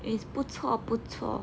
is 不错不错